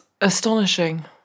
astonishing